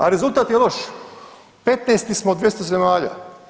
A rezultat je loš, 15-ti smo u 200 zemalja.